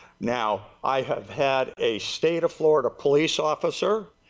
now, i have had a state of florida police officer,